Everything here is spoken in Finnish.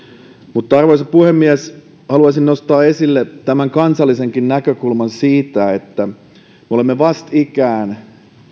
mutta arvoisa puhemies haluaisin nostaa esille tämän kansallisenkin näkökulman siitä että me olemme vastikään